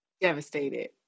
devastated